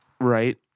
right